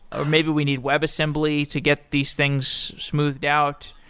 or maybe we need web assembly to get these things smoothed out.